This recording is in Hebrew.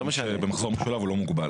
במחזור משולב הוא לא מוגבל.